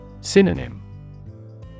Synonym